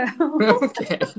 Okay